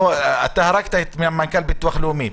הרגת את מנכ"ל הביטוח הלאומי.